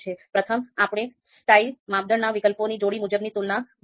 પ્રથમ આપણે 'સ્ટાઇલ' માપદંડના વિકલ્પોની જોડી મુજબની તુલના જોશું